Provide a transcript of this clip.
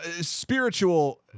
spiritual